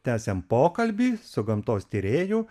tęsiam pokalbį su gamtos tyrėju